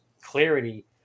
clarity